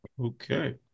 Okay